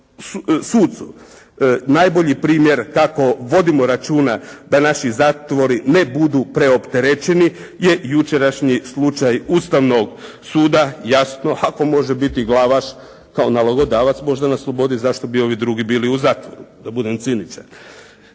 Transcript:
sucu. Najbolji primjer kako vodimo računa da naši zatvori ne budu preopterećeni je jučerašnji slučaj Ustavnog suda jasno ako može biti Glavaš kao nalogodavac možda na slobodi zašto bi ovi drugi bili u zatvoru, da budem ciničan.